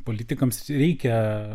politikams reikia